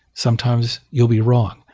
sometimes you will be wrong,